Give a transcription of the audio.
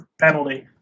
penalty